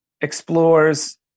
explores